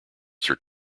sir